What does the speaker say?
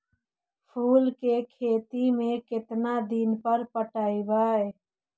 फूल के खेती में केतना दिन पर पटइबै?